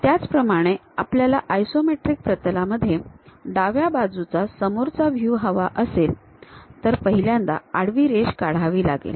त्याचप्रमाणे आपल्याला आयसोमेट्रिक प्रतलामध्ये डाव्या बाजूचा समोरचा व्ह्यू हवा असेल तर पहिल्यांदां आडवी रेष काढावी लागेल